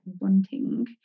wanting